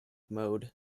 mode